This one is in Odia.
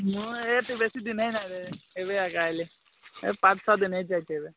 ମୁଁ ଏଠି ବେଶିଦିନ ଏବେ ଏକା ଆସିଲି ଏହି ପାଞ୍ଚ ଛଅ ଦିନ୍ ହେଇଛି ଆସିଛି ଏବେ